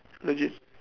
legit